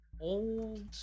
old